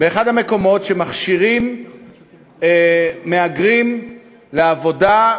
באחד המקומות שמכשירים מהגרים לעבודה,